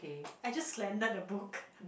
I just lended a book